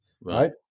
right